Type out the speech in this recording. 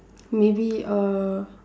maybe uh